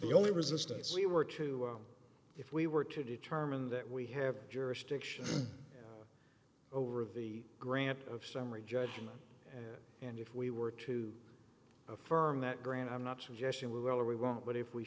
the only resistance we were to if we were to determine that we have jurisdiction over the grant of summary judgment and if we were to affirm that grant i'm not suggesting we will or we won't but if we